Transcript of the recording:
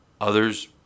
Others